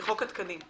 חוק התקנים.